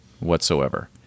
whatsoever